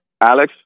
Alex